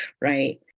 right